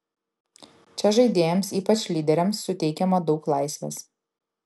čia žaidėjams ypač lyderiams suteikiama daug laisvės